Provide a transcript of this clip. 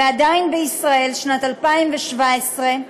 ועדיין בישראל בשנת 2017,